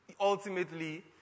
ultimately